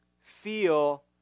feel